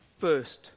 first